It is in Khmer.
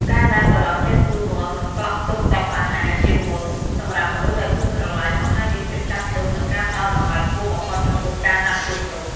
ការដែលបុរសចេះសួរនាំ និងកក់ទុកតុអាហារជាមុនសម្រាប់មនុស្សដែលខ្លួនស្រឡាញ់ បង្ហាញពីភាពចាស់ទុំ និងការផ្ដល់តម្លៃខ្ពស់បំផុតចំពោះការណាត់ជួបនោះ។